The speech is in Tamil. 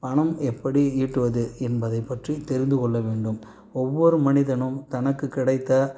பணம் எப்படி ஈட்டுவது என்பதை பற்றி தெரிந்துக்கொள்ள வேண்டும் ஒவ்வொரு மனிதனும் தனக்கு கிடைத்த